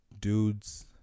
dudes